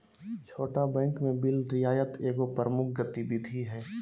छोट बैंक में बिल रियायत एगो प्रमुख गतिविधि हइ